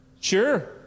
sure